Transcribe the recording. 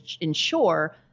ensure